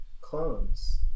clones